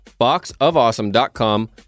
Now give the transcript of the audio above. Boxofawesome.com